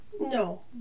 No